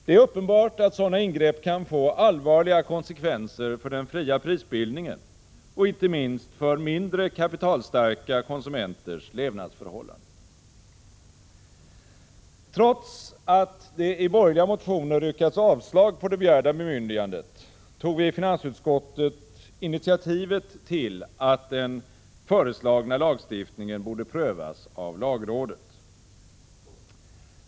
Det är uppenbart att sådana ingrepp kan få allvarliga konsekvenser för den fria prisbildningen och inte minst för mindre kapitalstarka konsumenters levnadsförhållanden. Trots att det i borgerliga motioner yrkats avslag på det begärda bemyndigandet, tog vi i finansutskottet initiativet till att den föreslagna lagstiftningen borde prövas av lagrådet.